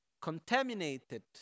contaminated